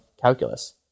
calculus